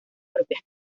propias